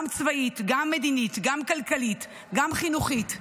גם צבאית, גם מדינית, גם כלכלית, גם חינוכית,